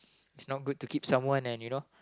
it's not good to keep someone and you know